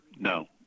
No